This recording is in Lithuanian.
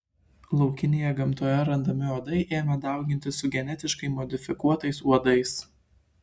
laukinėje gamtoje randami uodai ėmė daugintis su genetiškai modifikuotais uodais